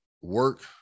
work